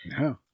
No